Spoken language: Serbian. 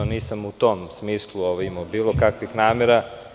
Nisam u tom smislu imao bilo kakvih namera.